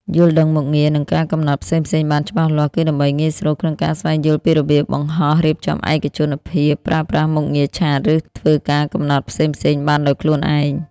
យល់ដឹងមុខងារ និងការកំណត់ផ្សេងៗបានច្បាស់លាស់ គឺដើម្បីងាយស្រួលក្នុងការស្វែងយល់ពីរបៀបបង្ហោះ រៀបចំឯកជនភាព ប្រើប្រាស់មុខងារឆាត ឬធ្វើការកំណត់ផ្សេងៗបានដោយខ្លួនឯង។